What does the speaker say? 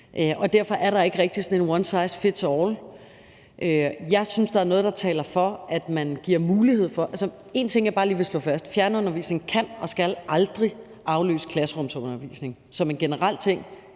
Derfor er der ikke rigtig sådan en one size fits all. Jeg synes, der er noget, der taler for, at man giver mulighed for det. En ting, jeg bare lige vil slå fast, er, at fjernundervisning aldrig kan og skal afløse klasserumsundervisning som en generel ting